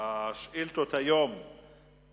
שהצעת החוק הודעה לעובד (תנאי עבודה)